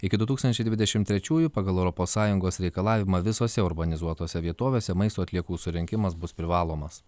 iki du tūkstančiai dvidešimt trečiųjų pagal europos sąjungos reikalavimą visose urbanizuotose vietovėse maisto atliekų surinkimas bus privalomas